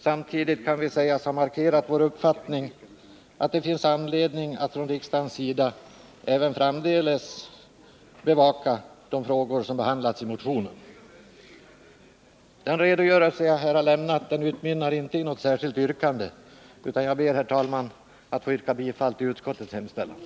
Samtidigt kan vi sägas ha markerat vår uppfattning att det finns anledning för riksdagen att även framdeles bevaka de frågor som behandlats i motionen. Den redogörelse jag här har lämnat utmynnar inte i något särskilt yrkande, utan jag ber, herr talman, att få yrka bifall till utskottets hemställan.